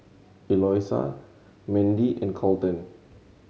Eloisa Mendy and Colten